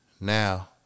Now